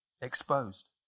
exposed